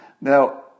Now